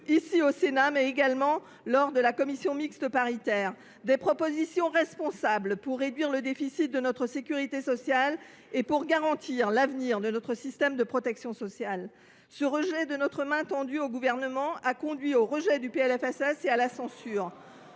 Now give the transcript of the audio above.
ici au Sénat comme lors de la commission mixte paritaire, des propositions responsables pour réduire le déficit de notre sécurité sociale et pour garantir l’avenir de notre système de protection sociale. Ce rejet de notre main tendue au Gouvernement a conduit au rejet du PLFSS et à la censure.